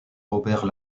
robert